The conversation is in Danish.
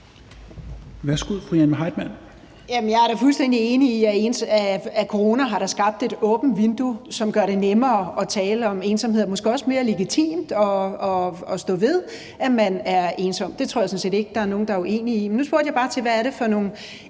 10:56 Jane Heitmann (V): Jeg er da fuldstændig enig i, at corona har skabt et åbent vindue, som gør det nemmere at tale om ensomhed og måske også mere legitimt at stå ved, at man er ensom. Det tror jeg sådan set ikke at der er nogen der er uenige i. Nu spurgte jeg bare til, hvad det er for nogle